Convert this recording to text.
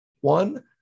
one